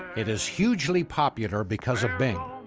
it is hugely popular because of bing.